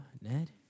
Ned